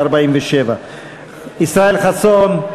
ישראל חסון,